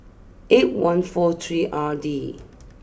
eight one four three R D